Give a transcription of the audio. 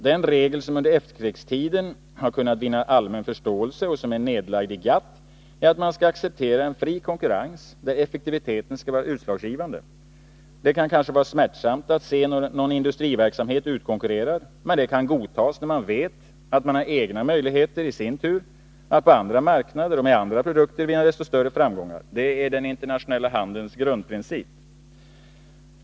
Den regel som under efterkrigstiden har kunnat vinna allmän förståelse och som är nedlagd i GATT är att man skall acceptera en fri konkurrens, där effektiviteten skall vara utslagsgivande. Det kan vara smärtsamt att se någon industriverksamhet utkonkurrerad, men det kan godtas när man vet att man har egna möjligheter i sin tur att på andra marknader och med andra produkter vinna desto större framgångar. Det är den internationella handelns grundprincip.